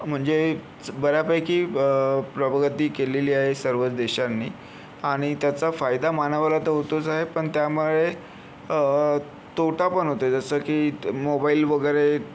म्हणजेच बऱ्यापैकी ब प्रगती केलेली आहे सर्वच देशांनी आणि त्याचा फायदा मानवाला तर होतोच आहे पण त्यामुळे तोटा पण होतो आहे जसं की मोबाईल वगैरे